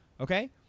Okay